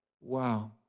Wow